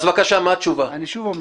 אני שוב אומר,